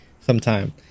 sometime